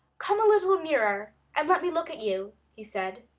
come a little nearer, and let me look at you, he said.